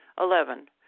Eleven